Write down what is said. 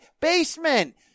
basement